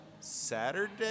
Saturday